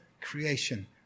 creation